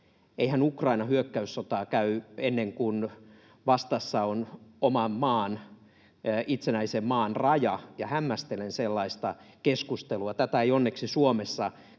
Eihän Ukraina hyökkäyssotaa käy ennen kuin vastassa on oman maan, itsenäisen maan, raja, ja hämmästelen sellaista keskustelua. Tätä ei onneksi Suomessa käydä,